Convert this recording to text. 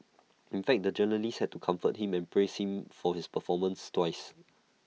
in fact the journalist had to comfort him and praise him for his performance twice